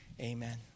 amen